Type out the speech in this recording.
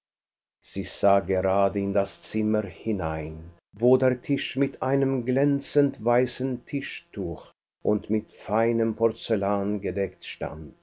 sie sah gerade in das zimmer hinein wo der tisch mit einem glänzend weißen tischtuch und mit feinem porzellan gedeckt stand